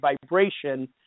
vibration